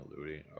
looting